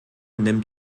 nimmt